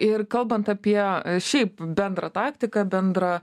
ir kalbant apie šiaip bendrą taktiką bendrą